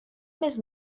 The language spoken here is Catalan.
més